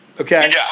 Okay